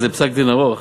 זה פסק-דין ארוך: